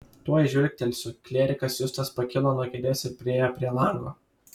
tuoj žvilgtelsiu klierikas justas pakilo nuo kėdės ir priėjo prie lango